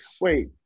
Wait